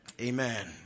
amen